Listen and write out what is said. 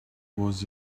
was